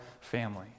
family